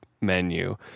menu